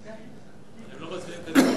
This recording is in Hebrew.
אבל הם לא מצביעים קדימה.